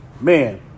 man